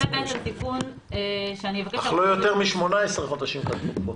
עורך דין רועי קרת, המוסד לביטוח לאומי.